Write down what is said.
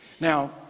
Now